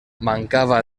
mancava